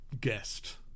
guest